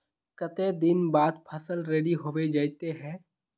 केते दिन बाद फसल रेडी होबे जयते है?